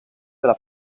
della